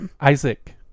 Isaac